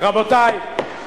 רבותי.